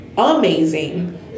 amazing